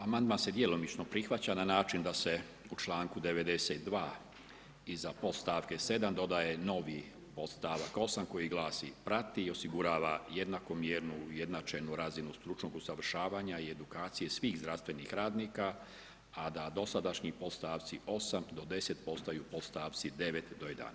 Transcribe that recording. Amandman se djelomično prihvaća na način da se u članku 92. i za podstavke 7. dodaje novi podstavak 8. koji glasi: prati i osigurava jednakomjernu ujednačenu razinu stručnog usavršavanja i edukacije svih zdravstvenih radnika a da dosadašnji podstavci 8. do 10. postaju podstavci 9. do 11.